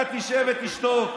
אתה תשב ותשתוק.